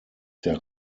der